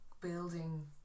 building